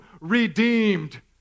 Redeemed